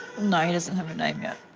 no, have a name yet.